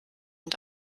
und